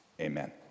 amen